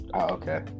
okay